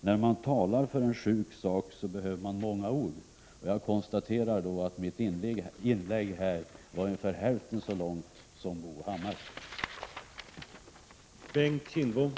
Jag konstaterar til syvende og sidst att mitt inlägg var ungefär hälften så långt som Bo Hammars.